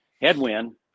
headwind